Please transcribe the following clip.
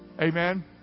Amen